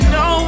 no